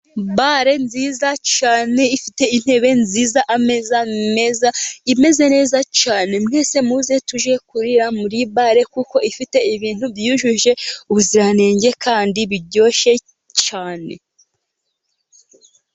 Bare nziza cyane, ifite intebe nziza, ameza meza, imeze neza cyane. Mwese muze tujye kurira muri bare, kuko ifite ibintu byujuje ubuziranenge, kandi biryoshye cyane.